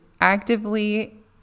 actively